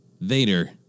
Vader